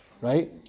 Right